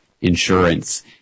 insurance